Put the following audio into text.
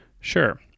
sure